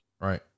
right